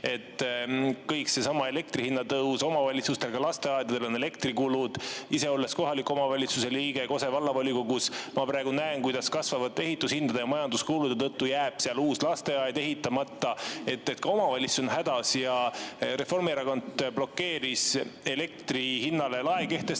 Seesama elektrihinna tõus: omavalitsustel, ka lasteaedadel on elektrikulud. Olles kohaliku omavalitsuse liige Kose Vallavolikogus ma praegu näen, kuidas kasvavate ehitushindade ja majanduskulude tõttu jääb seal uus lasteaed ehitamata. Ka omavalitsused on hädas ja Reformierakond on blokeerinud elektrihinnale lae kehtestamist,